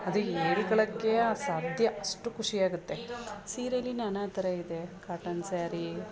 ಅದು ಹೇಳ್ಕೋಳೋಕೆ ಅಸಾಧ್ಯ ಅಷ್ಟು ಖುಷಿಯಾಗುತ್ತೆ ಸೀರೆಲಿ ನಾನಾ ಥರ ಇದೆ ಕಾಟನ್ ಸ್ಯಾರಿ